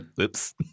Oops